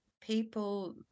people